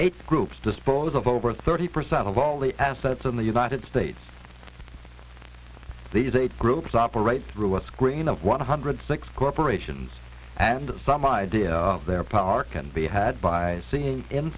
eight groups dispose of over thirty percent of all the assets in the united states these eight groups operate through a screen of one hundred six corporations and some idea of their power can be had by seeing in